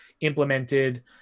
implemented